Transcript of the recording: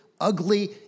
ugly